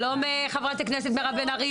שלום, חברת הכנסת מירב בן ארי.